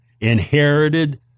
inherited